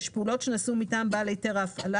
פעולות שנעשו מטעם בעל היתר ההפעלה,